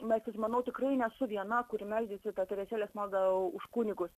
melstis manau tikrai nesu viena kuri meldžiasi tą teresėlės maldą už kunigus